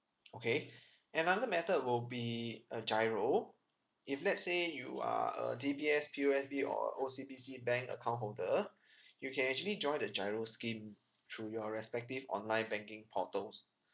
okay another method will be uh giro if let's say you are a D_B_S P_O_S_B or a O_C_B_C bank account holder you can actually join the giro scheme through your respective online banking portals